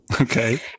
Okay